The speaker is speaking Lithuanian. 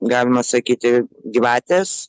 galima sakyti gyvatės